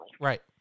Right